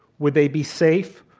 would they be safe?